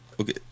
Okay